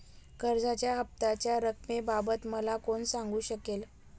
कर्जाच्या हफ्त्याच्या रक्कमेबाबत मला कोण सांगू शकेल?